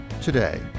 today